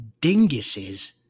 dinguses